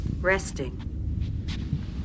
Resting